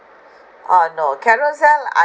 uh no carousell